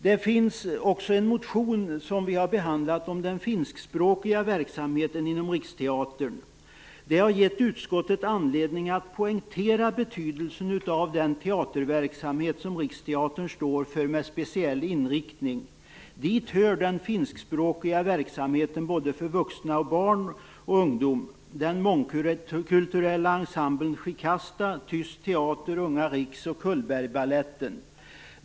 Det finns också en motion om den finskspråkiga verksamheten inom Riksteatern. Det har gett utskottet anledning att poängtera betydelsen av den teaterverksamhet med speciell inriktning som Riksteatern står för. Dit hör den finskspråkiga verksamheten för både vuxna och barn och ungdom, den mångkulturella ensemblen Shikasta, Tyst teater, Unga riks och Cullbergbaletten.